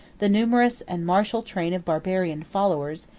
the numerous and martial train of barbarian followers,